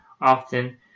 often